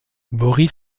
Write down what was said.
boris